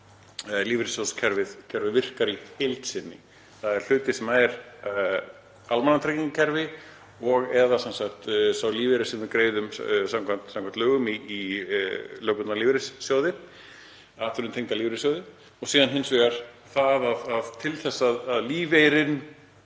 lífeyrissjóðakerfið virkar í heild sinni. Það er hluti sem er almannatryggingakerfi, sá lífeyrir sem við greiðum samkvæmt lögum í lögbundna lífeyrissjóði, atvinnutengda lífeyrissjóði, og síðan er hins vegar það að til þess að lífeyririnn